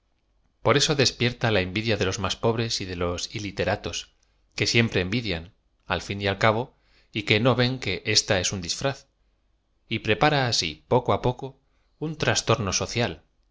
r eeo despierta la envidia de los más pobres y de los iliteratos que siempre envidian al fin y al cabo y que t o ven que ésta es un disfraz y prepara asi poco á poco un trastorno